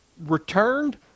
returned